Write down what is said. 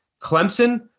Clemson